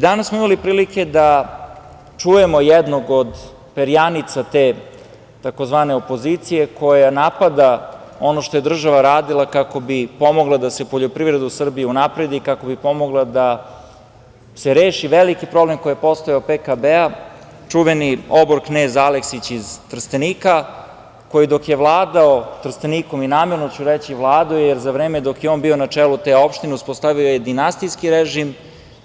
Danas smo imali prilike da čujemo jednog od perjanica te tzv. opozicije koja napada ono što je država radila kako bi pomogla da se poljoprivreda u Srbiji unapredi, kako bi pomogla da se reši veliki problem koji je postojao PKB, čuveni obor knez Aleksić iz Trstenika, koji dok je vladao Trstenikom, namerno ću reći vladao, jer za vreme dok je on bio na čelu te opštine uspostavio je dinastijski režim,